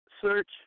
Search